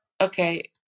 okay